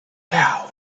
town